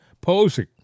posing